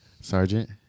Sergeant